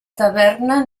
taverna